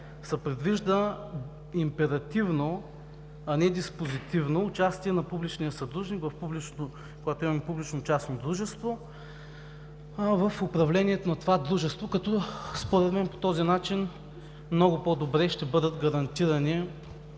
се предвижда императивно, а не диспозитивно участие на публичния съдружник, когато имаме публично-частно дружество, в управлението на това дружество. По този начин според мен много по-добре ще бъдат гарантирани